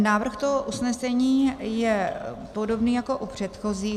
Návrh usnesení je podobný jako u předchozího.